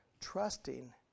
trusting